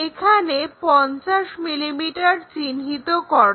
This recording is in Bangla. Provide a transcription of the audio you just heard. এখানে 50 mm চিহ্নিত করো